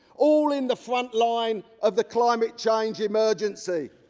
all in the frontline of the climate change emergency.